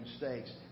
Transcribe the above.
mistakes